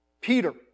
Peter